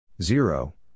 Zero